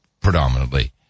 predominantly